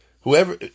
Whoever